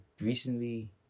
recently